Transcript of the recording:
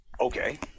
Okay